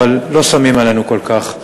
אבל לא שמים עלינו כל כך.